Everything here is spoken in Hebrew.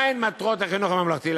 מהן מטרות החינוך הממלכתי.